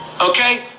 Okay